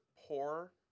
poor